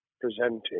presenting